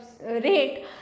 rate